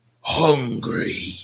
hungry